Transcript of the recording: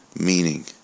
meaning